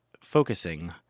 focusing